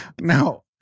Now